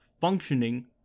functioning